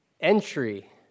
entry